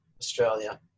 Australia